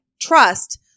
trust